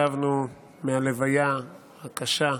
שבנו מהלוויה הקשה,